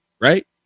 Right